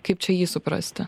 kaip čia jį suprasti